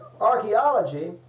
archaeology